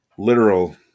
literal